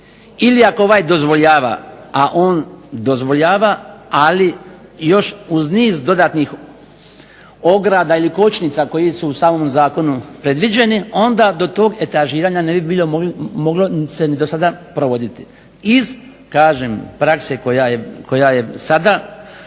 ili ako ovaj dozvoljava a on dozvoljava ali još uz niz dodatnih ograda ili kočnica koji su u samom zakonu predviđeni, onda do tog etažiranja ne bi bilo moglo se do sada provoditi iz kažem prakse koja je sada